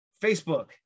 Facebook